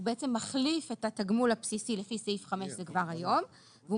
מחליף את התגמול הבסיסי - לפי סעיף 5 כבר היום - והוא